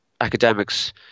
academics